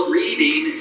reading